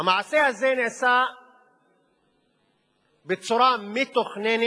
המעשה הזה נעשה בצורה מתוכננת,